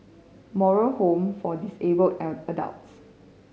Moral Home for Disabled Adults